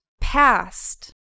past